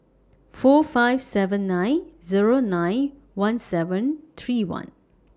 four five seven nine Zero nine one seven three one